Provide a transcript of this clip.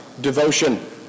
devotion